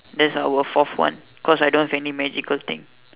there's our fourth one because I don't have any magical thing